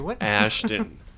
Ashton